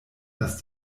das